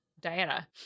diana